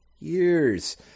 years